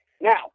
Now